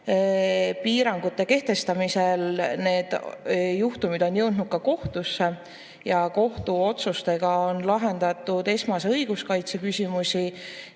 piirangute kehtestamisel on need juhtumid jõudnud ka kohtusse ja kohtuotsustega on lahendatud esmase õiguskaitse küsimusi.